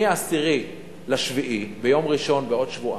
מ-10 ביולי, ביום ראשון בעוד שבועיים,